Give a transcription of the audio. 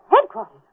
Headquarters